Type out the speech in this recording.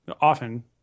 often